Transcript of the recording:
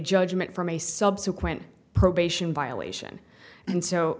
judgment from a subsequent probation violation and so